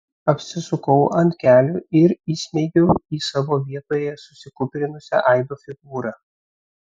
apsisukau ant kelių ir įsmeigiau į savo vietoje susikūprinusią aido figūrą